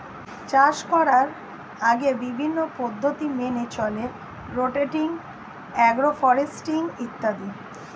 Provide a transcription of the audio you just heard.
চাষ করার আগে বিভিন্ন পদ্ধতি মেনে চলে রোটেটিং, অ্যাগ্রো ফরেস্ট্রি ইত্যাদি